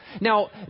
Now